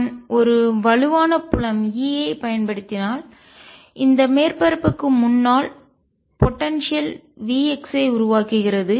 நான் ஒரு வலுவான புலம் E ஐப் பயன்படுத்தினால் இந்த மேற்பரப்புக்கு முன்னால் போடன்சியல் ஆற்றலையும் V ஐ உருவாக்குகிறது